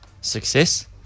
success